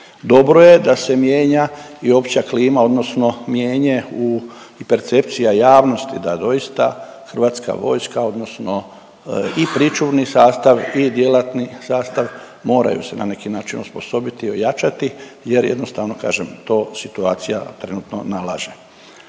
Dobro je da se mijenja i opća klima odnosno mijenje u i percepcija javnosti da doista Hrvatska vojska odnosno i pričuvni sastav i djelatni sastav moraju se na neki način osposobiti i ojačati jer jednostavno kažem, to situacija trenutno nalaže.